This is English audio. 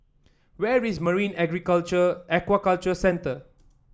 where is Marine Aquaculture Centre